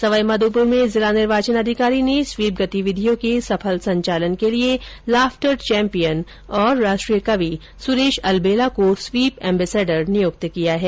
सवाईमाधोपुर में जिला निर्वाचन अधिकारी ने स्वीप गतिविधियों के सफल संचालन के लिये लाफ्टर चैंपियन और राष्ट्रीय कवि सुरेश अलबेला को स्वीप एम्बेसेडर नियुक्त किया है